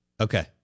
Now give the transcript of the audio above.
Okay